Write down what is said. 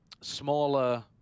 smaller